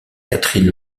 catherine